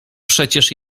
przecież